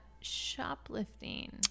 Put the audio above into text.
shoplifting